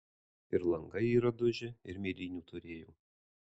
ir langai yra dužę ir mėlynių turėjau